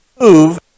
move